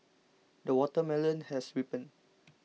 the watermelon has ripened